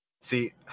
See